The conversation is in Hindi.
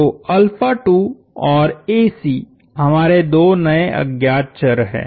तोऔरहमारे दो नए अज्ञात चर हैं